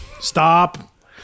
Stop